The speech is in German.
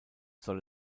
soll